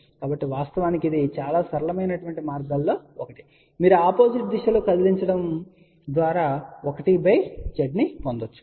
కాబట్టి వాస్తవానికి ఇది చాలా సరళమైన మార్గాలలో ఒకటి మీరు ఆపోజిట్ దిశలో కదిలించడం ద్వారా1 z ను పొందవచ్చు